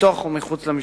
בתוך המשפחה ומחוצה לה.